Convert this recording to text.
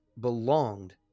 belonged